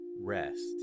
rest